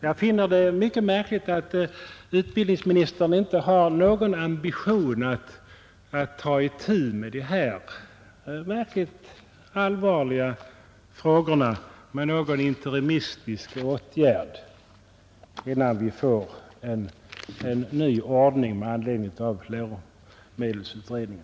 Jag finner det mycket märkligt att utbildningsministern inte har någon ambition att ta itu med dessa verkligt allvarliga frågor genom någon interimistisk åtgärd innan vi får en ny ordning med anledning av läromedelsutredningen.